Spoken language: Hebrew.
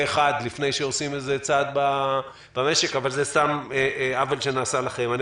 אחד לפני שעושים איזה צעד במשק אבל זה סתם עוול שנעשה לכם.